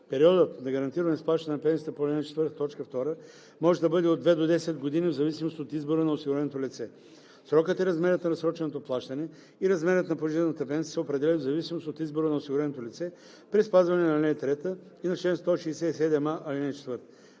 Периодът на гарантирано изплащане на пенсията по ал. 4, т. 2 може да бъде от две до 10 години в зависимост от избора на осигуреното лице. (6) Срокът и размерът на разсроченото плащане и размерът на пожизнената пенсия се определят в зависимост от избора на осигуреното лице при спазване на ал. 3 и на чл.